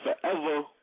forever